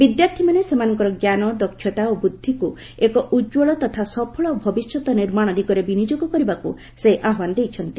ବିଦ୍ୟାର୍ଥୀମାନେ ସେମାନଙ୍କର ଜ୍ଞାନ ଦକ୍ଷତା ଓ ବୁଦ୍ଧିକୁ ଏକ ଉଜ୍ଜଳ ତଥା ସଫଳ ଭବିଷ୍ୟତ ନିର୍ମାଣ ଦିଗରେ ବିନିଯୋଗ କରିବାକୁ ସେ ଆହ୍ପାନ ଦେଇଛନ୍ତି